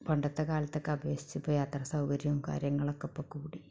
പണ്ടത്തെ കാലത്തൊക്കെ അപേക്ഷിച്ച് ഇപ്പോൾ യാത്രാസൗകര്യം കാര്യങ്ങളൊക്കെ ഇപ്പോൾ കൂടി